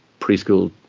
preschool